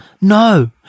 No